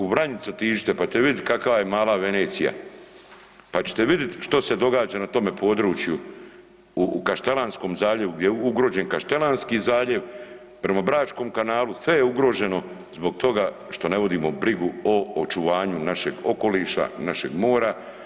U Vranjic otiđite pa ćete vidit kakva je mala Venecija, pa ćete vidit što se događa na tome području u Kaštelanskom zaljevu gdje je ugrožen Kaštelanski zaljev, prema Bračkom kanalu sve je ugroženo zbog toga što ne vodimo brigu o očuvanju našeg okoliša, našeg mora.